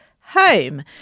home